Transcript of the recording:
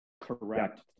Correct